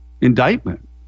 indictment